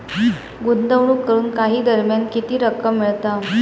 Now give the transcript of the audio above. गुंतवणूक करून काही दरम्यान किती रक्कम मिळता?